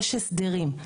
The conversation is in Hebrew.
יש הסדרים.